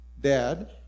dad